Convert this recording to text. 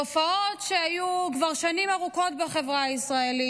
תופעות שהיו כבר שנים ארוכות בחברה הישראלית.